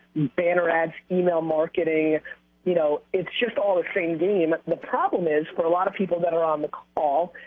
banner, ads, email marketing you know, it's just all the same game. the problem is for a lot of people that are on the call,